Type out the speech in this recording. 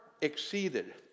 exceeded